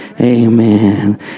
amen